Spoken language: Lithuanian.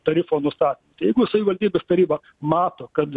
tarifo nusta jeigu savivaldybės taryba mato kad